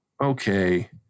okay